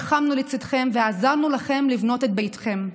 לחמנו לצידכם ועזרנו לכם לבנות את ביתכם.